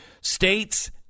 States